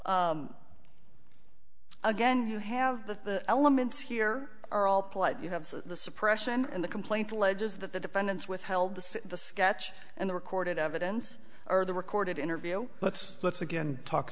may again you have the elements here are all polite you have the suppression and the complaint alleges that the defendants withheld this the sketch and the recorded evidence or the recorded interview but let's again talk